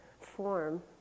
form